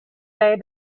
they